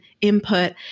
input